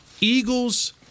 Eagles